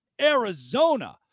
Arizona